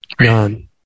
none